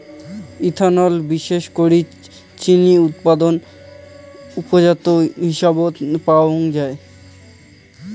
ethanol বিশেষ করি চিনি উৎপাদন উপজাত হিসাবত পাওয়াঙ যাই